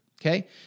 okay